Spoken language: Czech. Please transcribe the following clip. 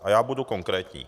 A já budu konkrétní.